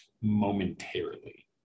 momentarily